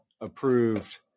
approved